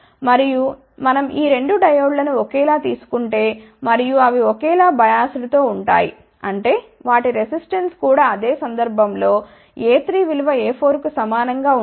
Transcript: మరియు మనం ఈ 2 డయోడ్ లను ఒకేలా తీసు కుంటే మరియు అవి ఒకేలా బయాస్డ్ తో ఉంటాయి అంటే వాటి రెసిస్టెన్స్ కూడా అదే సందర్భం లో A3విలువ A4కు సమానం గా ఉంటుంది